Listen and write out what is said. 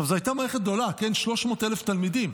זו הייתה מערכת גדולה, 300,000 תלמידים,